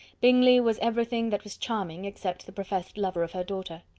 bingley was every thing that was charming, except the professed lover of her daughter.